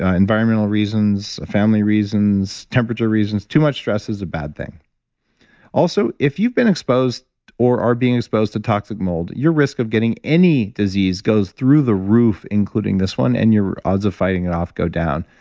ah environmental reasons, family reasons, temperature reasons, too much stress is a bad thing also, if you've been exposed or are being exposed to toxic mold, your risk of getting any disease goes through the roof, including this one, and your odds of fighting it off go down.